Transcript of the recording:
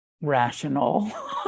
rational